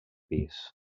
pis